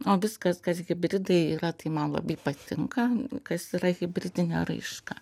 o viskas kas hibridai yra tai man labai patinka kas yra hibridinė raiška